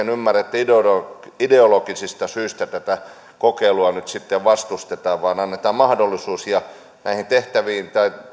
oikein ymmärrä että ideologisista syistä tätä kokeilua nyt sitten vastustetaan annetaan mahdollisuus näihin tehtäviin ja